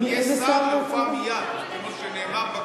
אם יש שר, יופע מייד, כמו שנאמר בכתובים.